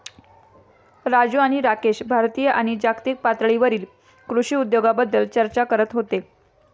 राजू आणि राकेश भारतीय आणि जागतिक पातळीवरील कृषी उद्योगाबद्दल चर्चा करत होते